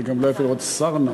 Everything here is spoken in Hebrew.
זה גם לא יפה לראות שר נעול.